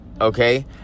okay